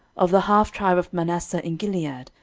of the half tribe of manasseh in gilead,